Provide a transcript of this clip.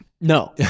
no